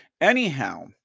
Anyhow